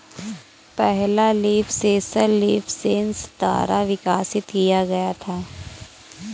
पहला leaf sensor LeafSense द्वारा विकसित किया गया था